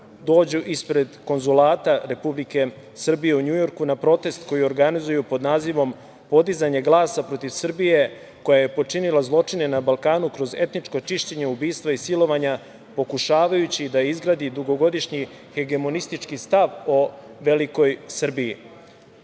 dođu ispred Konzulata Republike Srbije u Njujorku na protest koji organizuju pod nazivom „Podizanje glasa protiv Srbije koja je počinila zločine na Balkanu kroz etničko čišćenje, ubistva i silovanja, pokušavajući da izgradi dugogodišnji hegemonistički stav o velikoj Srbiji“.